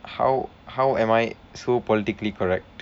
how how am I so politically correct